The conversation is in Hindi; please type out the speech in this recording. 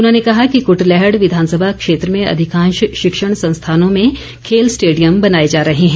उन्होंने कहा कि कुटलैहड़ विधानसभा क्षेत्र में अधिकांश शिक्षण संस्थानों में खेल स्टेडियम बनाए जा रहे हैं